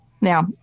Now